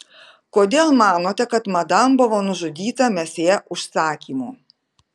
kodėl manote kad madam buvo nužudyta mesjė užsakymu